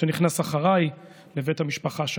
שנכנס אחריי לבית המשפחה,